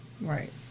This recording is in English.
right